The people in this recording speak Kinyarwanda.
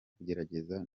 kugerageza